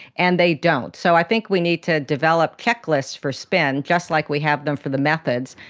and they don't. so i think we need to develop checklists for spin, just like we have them for the methods,